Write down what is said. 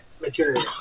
material